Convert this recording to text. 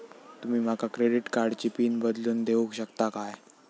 तुमी माका क्रेडिट कार्डची पिन बदलून देऊक शकता काय?